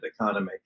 economy